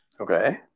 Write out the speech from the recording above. Okay